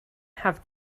have